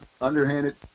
underhanded